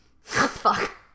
Fuck